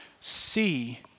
See